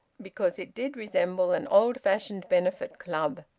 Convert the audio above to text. because it did resemble an old-fashioned benefit club.